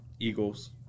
eagles